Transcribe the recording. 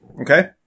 Okay